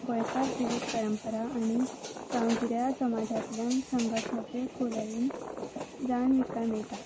गोंयकार जिवीत परंपरा आनी गांवगिऱ्या समाजांतल्यान संघर्शाचे खोलयेन जाणविका मेळटा